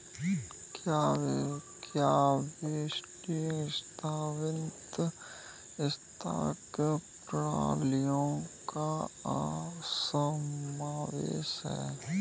क्या वैश्विक अर्थव्यवस्था आर्थिक प्रणालियों का समावेशन है?